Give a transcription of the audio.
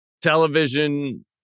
television